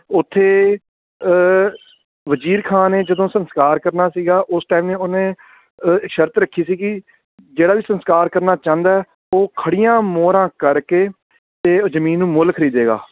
ਉੱਥੇ ਵਜ਼ੀਰ ਖਾਂ ਨੇ ਜਦੋਂ ਸੰਸਕਾਰ ਕਰਨਾ ਸੀਗਾ ਉਸ ਟਾਇਮ ਉਹਨੇ ਸ਼ਰਤ ਰੱਖੀ ਸੀਗੀ ਜਿਹੜਾ ਵੀ ਸੰਸਕਾਰ ਕਰਨਾ ਚਾਹੁੰਦਾ ਉਹ ਖੜ੍ਹੀਆਂ ਮੋਹਰਾਂ ਕਰਕੇ ਤਾਂ ਉਹ ਜ਼ਮੀਨ ਮੁੱਲ ਖਰੀਦੇਗਾ